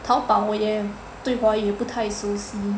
淘宝我也对华语不太熟悉